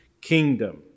kingdom